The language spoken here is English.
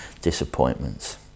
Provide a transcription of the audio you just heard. disappointments